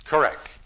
Correct